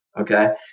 Okay